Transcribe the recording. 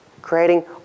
creating